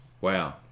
wow